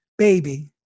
baby